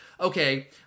okay